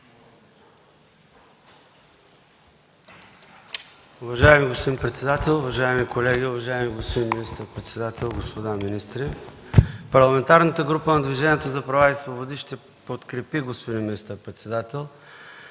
Уважаеми господин председател, уважаеми колеги, уважаеми господин министър-председател, господа министри! Парламентарната група на Движението за права и свободи ще подкрепи, господин министър-председател,